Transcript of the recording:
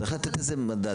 צריך לתת מדד.